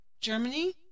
Germany